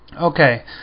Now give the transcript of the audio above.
Okay